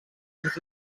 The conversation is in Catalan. dins